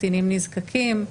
קטינים נזקקים.